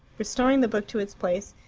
restoring the book to its place,